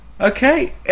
okay